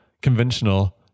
conventional